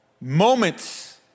Moments